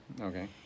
okay